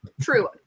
True